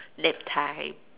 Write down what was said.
lip tied